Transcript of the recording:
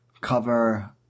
cover